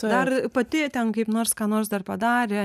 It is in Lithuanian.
dar pati ten kaip nors ką nors dar padarė